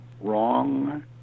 wrong